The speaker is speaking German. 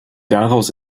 daraus